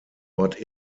ort